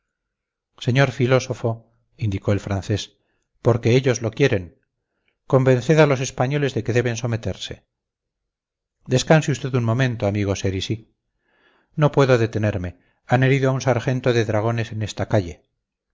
señor filósofo indicó el francés porque ellos lo quieren convenced a los españoles de que deben someterse descanse usted un momento amigo cerizy no puedo detenerme han herido a un sargento de dragones en esta calle